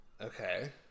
Okay